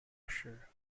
usher